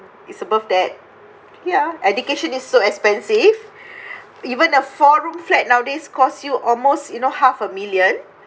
it's above that ya education is so expensive even a four room flat nowadays cost you almost you know half a million